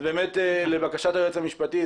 לבקשת היועץ המשפטי,